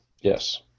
Yes